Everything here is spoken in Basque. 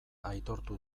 aitortu